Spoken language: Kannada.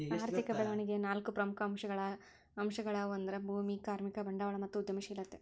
ಆರ್ಥಿಕ ಬೆಳವಣಿಗೆಯ ನಾಲ್ಕು ಪ್ರಮುಖ ಅಂಶಗಳ್ಯಾವು ಅಂದ್ರ ಭೂಮಿ, ಕಾರ್ಮಿಕ, ಬಂಡವಾಳ ಮತ್ತು ಉದ್ಯಮಶೇಲತೆ